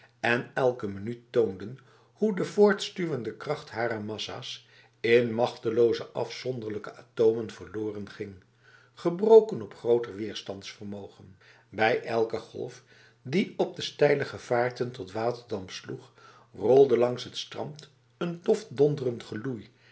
en elke minuut toonden hoe de voortstuwende kracht harer massa's in machteloze afzonderlijke atomen verloren ging gebroken op groter weerstandsvermogen bij elke golf die op de steile gevaarten tot waterdamp sloeg rolde langs het strand een dof donderend geloei